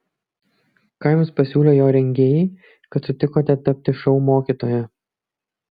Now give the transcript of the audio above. ką jums pasiūlė jo rengėjai kad sutikote tapti šou mokytoja